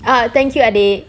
ah thank you adik